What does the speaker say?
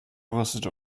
rüstete